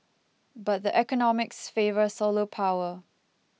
but the economics favour solar power